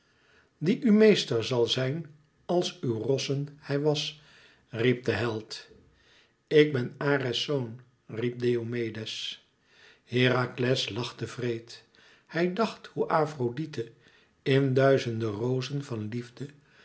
die u meester zal zijn als uw rossen hij was riep de held ik ben ares zoon riep diomedes herakles lachte wreed hij dacht hoe afrodite in duizende rozen van liefde